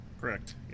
correct